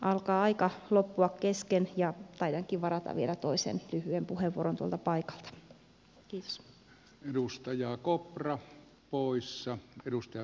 alkaa aika loppua kesken ja taidankin varata vielä toisen lyhyen puheenvuoron tuolta paikalta